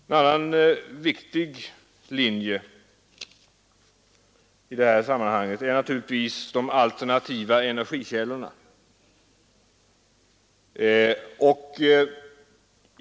En annan viktig linje i detta sammanhang är de alternativa energikällorna.